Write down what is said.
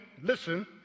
listen